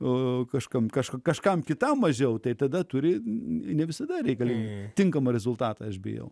o kažkam kažką kažkam kitam mažiau tai tada turi ne visada reikalingi tinkamą rezultatą aš bijau